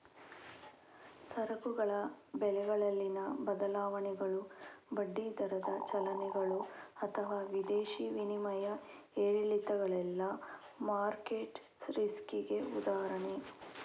ಸರಕುಗಳ ಬೆಲೆಗಳಲ್ಲಿನ ಬದಲಾವಣೆಗಳು, ಬಡ್ಡಿ ದರದ ಚಲನೆಗಳು ಅಥವಾ ವಿದೇಶಿ ವಿನಿಮಯ ಏರಿಳಿತಗಳೆಲ್ಲ ಮಾರ್ಕೆಟ್ ರಿಸ್ಕಿಗೆ ಉದಾಹರಣೆ